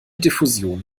diffusion